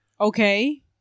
Okay